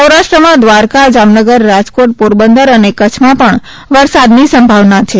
સૌરાષ્ટ્રમાં દ્વારકા જામનગર રાજકોટ પોરબંદર અને કચ્છમાં પણ વરસાદની સંભાવના છે